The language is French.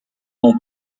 mon